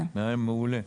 מעולה.